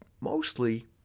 mostly